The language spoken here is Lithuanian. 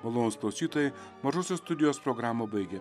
malonūs klausytojai mažosios studijos programą baigėme